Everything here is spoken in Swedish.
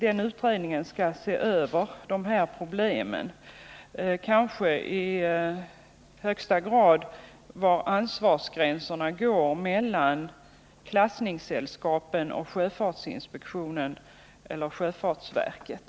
Denna utredning skall se över dessa problem, kanske framför allt var ansvarsgrän serna går mellan klassningssällskapen, sjöfartsinspektionen och sjöfartsverket.